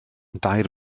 dair